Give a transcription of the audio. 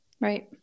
right